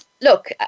Look